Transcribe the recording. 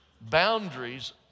boundaries